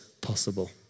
possible